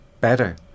better